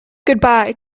goodbye